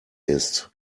ist